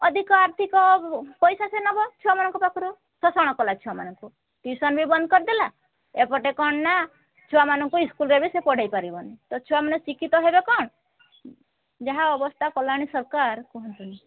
ଅଧିକ ଆର୍ଥିକ ପଇସା ସେ ନେବ ଛୁଆମାନଙ୍କ ପାଖରୁ ଶୋଷଣ କଲା ଛୁଆମାନଙ୍କୁ ଟ୍ୟୁସନ୍ ବି ବନ୍ଦ କରିଦେଲା ଏପଟେ କ'ଣ ନା ଛୁଆମାନଙ୍କୁ ଇସ୍କୁଲରେ ବି ସେ ପଢ଼େଇ ପାରିବନି ତ ଛୁଆମାନେ ଶିକ୍ଷିତ ହେବେ କ'ଣ ଯାହା ଅବସ୍ଥା କଲାଣି ସରକାର କୁହନ୍ତୁନି